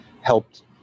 helped